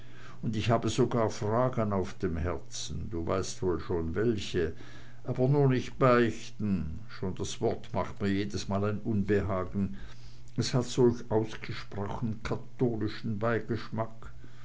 und ich habe sogar fragen auf dem herzen du weißt wohl schon welche aber nur nicht beichten schon das wort macht mir jedesmal ein unbehagen es hat solch ausgesprochen katholischen beigeschmack